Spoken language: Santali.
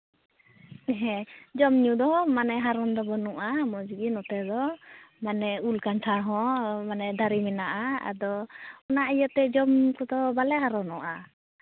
ᱦᱮᱸ ᱡᱚᱢᱼᱧᱩ ᱫᱚ ᱦᱟᱨᱚᱱ ᱫᱚ ᱵᱟᱹᱱᱩᱜᱼᱟ ᱢᱚᱡᱽ ᱜᱮ ᱱᱚᱛᱮ ᱫᱚ ᱢᱟᱱᱮ ᱩᱞ ᱠᱟᱱᱴᱷᱟᱲ ᱦᱚᱸ ᱢᱟᱱᱮ ᱫᱟᱨᱮ ᱢᱮᱱᱟᱜᱼᱟ ᱟᱫᱚ ᱚᱱᱟ ᱤᱭᱟᱹᱛᱮ ᱡᱚᱢ ᱠᱚᱫᱚ ᱵᱟᱞᱮ ᱦᱟᱨᱚᱱᱚᱜᱼᱟ